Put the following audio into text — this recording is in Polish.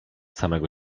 samego